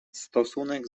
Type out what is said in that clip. stosunek